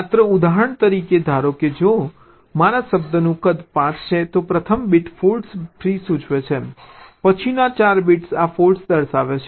માત્ર ઉદાહરણ તરીકે ધારો કે જો મારા શબ્દનું કદ 5 છે તો પ્રથમ બીટ ફોલ્ટ ફ્રી સૂચવે છે પછીનો 4 બીટ આ ફોલ્ટ્સ દર્શાવે છે